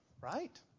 right